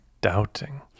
doubting